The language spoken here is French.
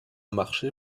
marché